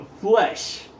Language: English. flesh